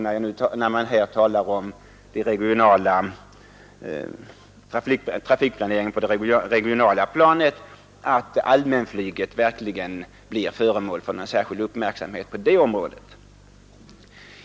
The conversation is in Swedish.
När man här talar om ”trafikplanering på det regionala planet” är jag inte säker på att allmänflyget verkligen blir föremål för någon särskild uppmärksamhet på det området.